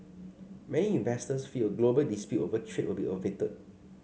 many investors feel a global dispute over trade will be averted